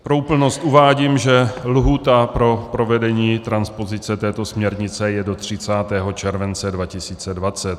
Pro úplnost uvádím, že lhůta pro provedení transpozice této směrnice je do 30. července 2020.